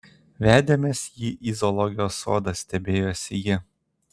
vedėmės jį į zoologijos sodą stebėjosi ji